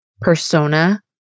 persona